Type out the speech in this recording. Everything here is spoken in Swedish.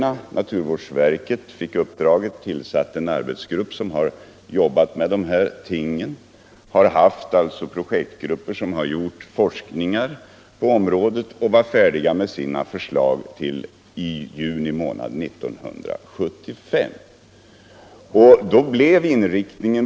Naturvårdsverket tillsatte en arbetsgrupp som har jobbat med dessa ting. Man har haft projektgrupper som gjort forskningar på området. Man var färdig med sina förslag i juni månad 1975.